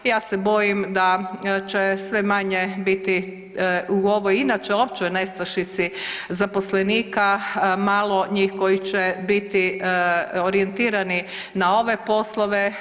Ja se bojim da će sve manje biti u ovoj inače općoj nestašici zaposlenika malo njih koji će biti orijentirani na ove poslove.